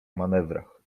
manewrach